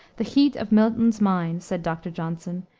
the heat of milton's mind, said dr. johnson,